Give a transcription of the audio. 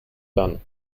done